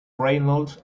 reynolds